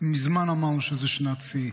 מזמן אמרנו שזו שנת שיא.